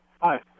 Hi